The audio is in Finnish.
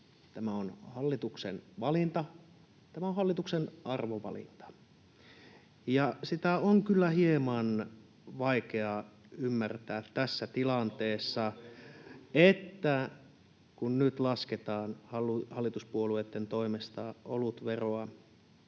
tämä on hallituksen valinta — tämä on hallituksen arvovalinta. Sitä on kyllä hieman vaikeaa ymmärtää tässä tilanteessa, [Vilhelm Junnila: Alkutuottajan etu!] kun nyt lasketaan hallituspuolueitten toimesta olutveroa,